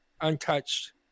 untouched